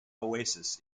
oasis